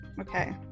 Okay